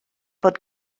fod